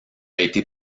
été